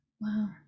Wow